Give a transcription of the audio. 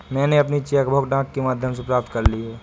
मैनें अपनी cheque book डाक के माध्यम से प्राप्त कर ली है